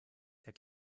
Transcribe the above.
der